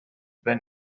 wenn